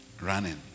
running